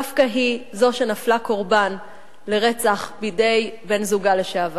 דווקא היא נפלה קורבן לרצח בידי בן-זוגה לשעבר.